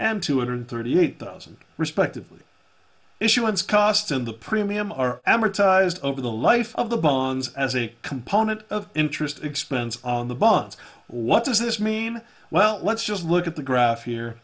and two hundred thirty eight thousand respectively issuance cost and the premium are amortized over the life of the bonds as a component of interest expense on the bonds what does this mean well let's just look at the graph here